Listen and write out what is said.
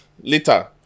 later